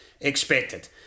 expected